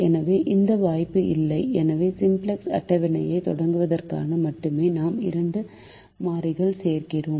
எனவே அந்த வாய்ப்பு இல்லை எனவே சிம்ப்ளக்ஸ் அட்டவணையைத் தொடங்குவதற்காக மட்டுமே நாம் இரண்டு மாறிகள் சேர்க்கிறோம்